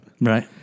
Right